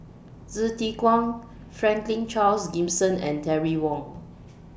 Hsu Tse Kwang Franklin Charles Gimson and Terry Wong